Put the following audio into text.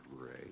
great